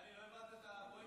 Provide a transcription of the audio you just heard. טלי, לא הבנת את הפואנטה.